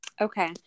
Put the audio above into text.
Okay